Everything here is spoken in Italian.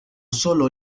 solo